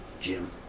Jim